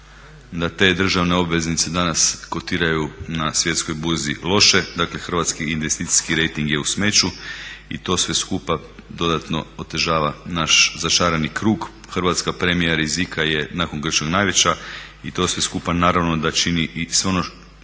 da te državne obveznice danas kotiraju na svjetskoj burzi loše, dakle hrvatski investicijski rejting je u smeću i to sve skupa dodatno otežava naš začarani krug. Hrvatska premija rizika je nakon grčkog najveća i to sve skupa naravno da čini i sve ono